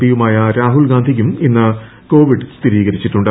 പിയുമായ രാഹുൽ ഗാന്ധിക്കും ഇന്ന് കോവിഡ് സ്ഥിരീകരിച്ചിട്ടുണ്ട്